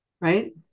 Right